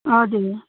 हजुर